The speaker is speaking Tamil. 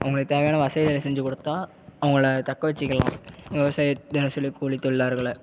அவங்களுக்கு தேவையான வசதிகளை செஞ்சுக் கொடுத்தா அவங்களை தக்க வெச்சிக்கலாம் விவசாயத் தினசரி கூலி தொழிலாளர்களை